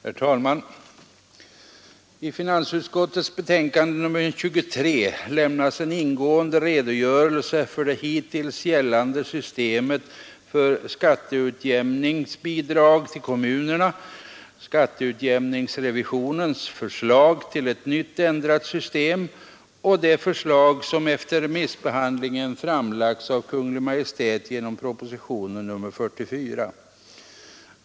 Herr talman! I finansutskottets betänkande nr 23 lämnas en ingående redogörelse för det hittills gällande systemet för skatteutjämningsbidrag till kommunerna, skatteutjämningsrevisionens förslag till ändrat system och det förslag som, efter remissbehandlingen, framlagts av Kungl. Maj:t i propositionen 44.